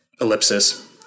Ellipsis